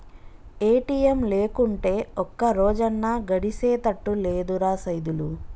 ATM లేకుంటే ఒక్కరోజన్నా గడిసెతట్టు లేదురా సైదులు